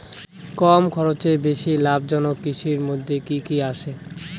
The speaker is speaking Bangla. কম খরচে বেশি লাভজনক কৃষির মইধ্যে কি কি আসে?